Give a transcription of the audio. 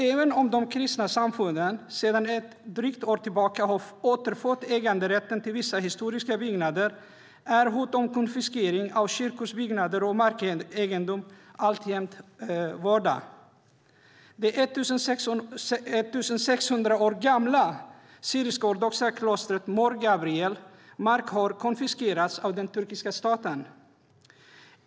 Även om de kristna samfunden sedan ett drygt år tillbaka har återfått äganderätten till vissa historiska byggnader är hot om konfiskering av kyrkors byggnader och markegendom alltjämt vardag. Det 1 600 år gamla syrisk-ortodoxa klostret Mor Gabriels mark har konfiskerats av den turkiska staten.